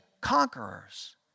conquerors